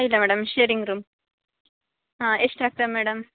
ಇಲ್ಲ madam sharing room ಹಾಂ ಎಷ್ಟು ಆಗತ್ತೆ ಮೇಡಮ್